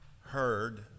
heard